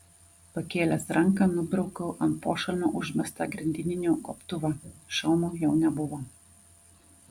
pakėlęs ranką nubraukiau ant pošalmio užmestą grandininių gobtuvą šalmo jau nebuvo